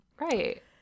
right